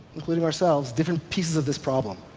including ourselves, different pieces of this problem.